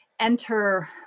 enter